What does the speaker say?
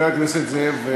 חבר הכנסת זאב,